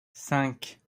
cinq